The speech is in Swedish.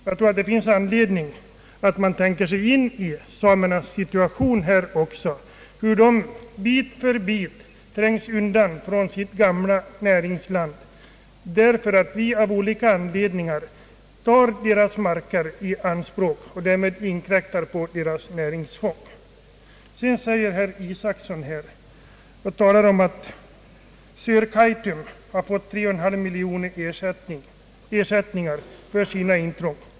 Jag tycker det borde finnas anledning att tänka sig in i samernas situation och sätta sig in i att de bit för bit trängs undan från sitt näringsområde därför att deras mark av olika anledningar tas i anspråk, varvid det inkräktas på deras näringsfång. Herr Isacson talar vidare om att Sörkaitum har fått 3,5 miljoner kronor i ersättning för sådant intrång.